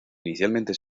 inicialmente